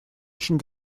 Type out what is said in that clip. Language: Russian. очень